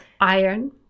iron